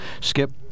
Skip